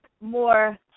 more